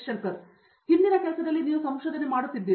ಶಂಕರನ್ ಹಿಂದಿನ ಕೆಲಸದಲ್ಲಿ ನೀವು ಸಂಶೋಧನೆ ಮಾಡುತ್ತಿದ್ದೀರಿ